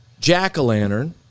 jack-o'-lantern